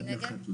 מי נגד?